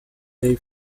they